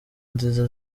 nziza